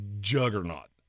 juggernaut